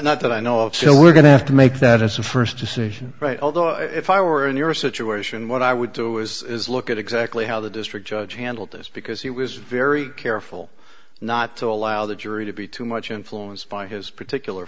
not that i know of so we're going to have to make that as a first decision right although if i were in your situation what i would do is look at exactly how the district judge handled this because it was very careful not to allow the jury to be too much influenced by his particular